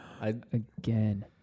Again